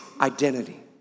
identity